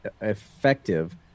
effective